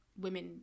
women